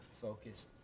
focused